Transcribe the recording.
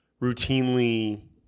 routinely